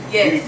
Yes